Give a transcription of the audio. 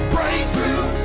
Breakthrough